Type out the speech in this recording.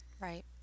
Right